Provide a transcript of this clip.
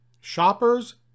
shoppers